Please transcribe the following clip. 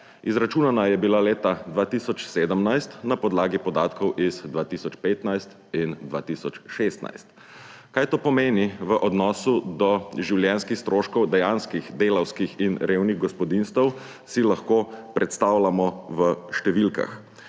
Izračunana je bila leta 2017 na podlagi podatkov iz 2015 in 2016. Kaj to pomeni v odnosu do življenjskih stroškov dejanskih delavskih in revnih gospodinjstev, si lahko predstavljamo v številkah.